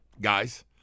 guys